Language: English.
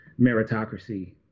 meritocracy